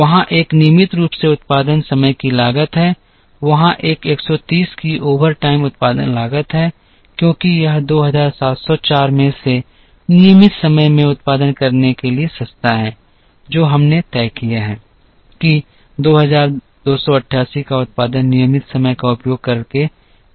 वहाँ एक नियमित रूप से उत्पादन समय की लागत है वहाँ एक 130 की ओवरटाइम उत्पादन लागत है क्योंकि यह 2704 में से नियमित समय में उत्पादन करने के लिए सस्ता है जो हमने तय किया है कि 2288 का उत्पादन नियमित समय का उपयोग करके किया जाएगा